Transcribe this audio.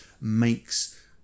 makes